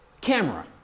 camera